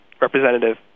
representative